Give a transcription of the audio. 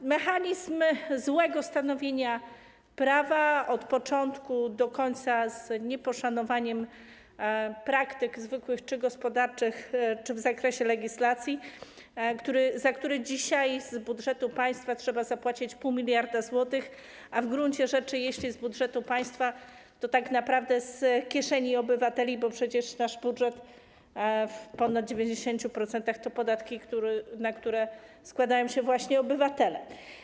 To mechanizm złego stanowienia prawa od początku do końca, z nieposzanowaniem praktyk zwykłych, gospodarczych czy w zakresie legislacji, za który dzisiaj z budżetu państwa trzeba zapłacić 0,5 mld zł, a w gruncie rzeczy jeśli z budżetu państwa, to tak naprawdę z kieszeni obywateli, bo przecież nasz budżet w ponad 90% to podatki, na które składają się właśnie obywatele.